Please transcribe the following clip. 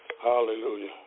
Hallelujah